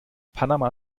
panama